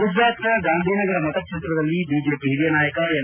ಗುಜರಾತ್ನ ಗಾಂಧಿನಗರ ಮತ ಕ್ಷೇತ್ರದಲ್ಲಿ ಬಿಜೆಪಿ ಹಿರಿಯ ನಾಯಕ ಎಲ್